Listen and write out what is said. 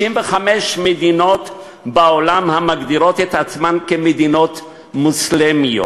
55 מדינות בעולם המגדירות את עצמן מדינות מוסלמיות,